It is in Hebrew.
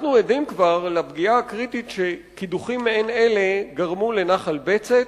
אנחנו כבר עדים לפגיעה הקריטית שקידוחים מעין אלה גרמו לנחל בצת,